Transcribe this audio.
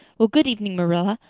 well, good evening, marilla.